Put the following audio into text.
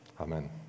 amen